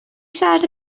siarad